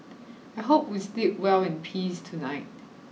I hope we sleep well in peace tonight